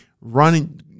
running